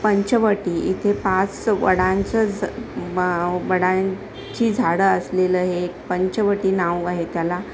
पंचवटी इथे पाच वडांचं ब वडांची झाडं असलेलं हे एक पंचवटी नाव आहे त्याला